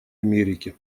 америке